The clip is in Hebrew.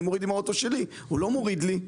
אני מוריד עם האוטו שלי, הוא לא מוריד לי.